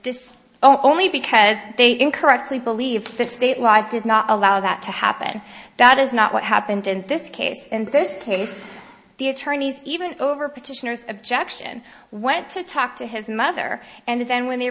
this only because they incorrectly believe that state live did not allow that to happen that is not what happened in this case in this case the attorneys even over petitioners objection went to talk to his mother and then when they